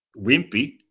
wimpy